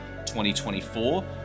2024